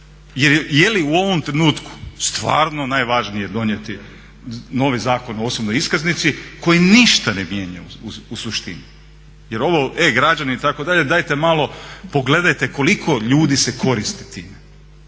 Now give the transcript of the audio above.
Je li u ovom trenutku stvarno najvažnije donijeti novi Zakon o osobnoj iskaznici koji ništa ne mijenja u suštini. Jer ovo e-građani itd…, dajte malo pogledajte koliko ljudi se koristi time.